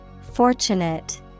Fortunate